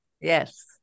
Yes